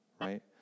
right